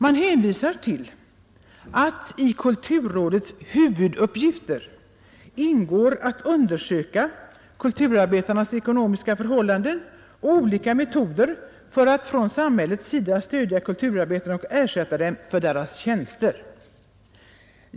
Man hänvisar till att det i kulturrådets huvuduppgifter ingår att undersöka kulturarbetarnas ekonomiska förhållanden och olika metoder för att från samhällets sida stödja kulturarbetarna och ersätta dem för deras tjänster.